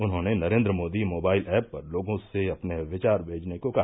उन्होंने Narendra Modi mobile app पर लोगों से अपने विचार मेजने को कहा